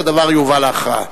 הדבר יובא להכרעה.